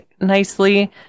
nicely